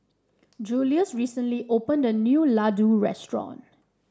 Julious recently opened a new Ladoo restaurant